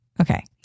Okay